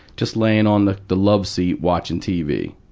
just laying on the the loveseat watching tv.